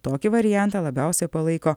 tokį variantą labiausiai palaiko